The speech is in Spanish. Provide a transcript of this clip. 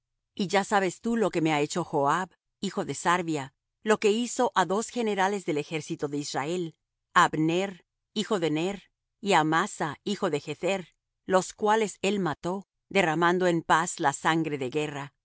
y ya sabes tú lo que me ha hecho joab hijo de sarvia lo que hizo á dos generales del ejército de israel á abner hijo de ner y á amasa hijo de jether los cuales él mató derramando en paz la sangre de guerra